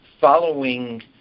following